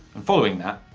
and following that,